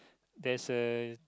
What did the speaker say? there is a